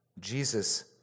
Jesus